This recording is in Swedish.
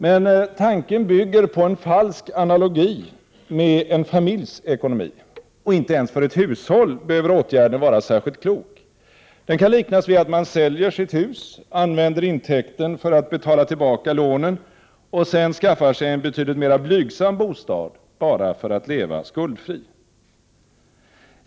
Men tanken bygger på en falsk analogi med en familjs ekonomi, och inte ens för ett hushåll behöver åtgärden vara särskilt klok. Den kan liknas vid att man säljer sitt hus, använder intäkten för att betala tillbaka lånen och sedan skaffar sig en betydligt mera blygsam bostad bara för att leva skuldfri.